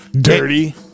Dirty